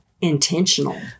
intentional